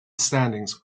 standings